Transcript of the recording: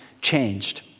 changed